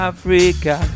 Africa